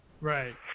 Right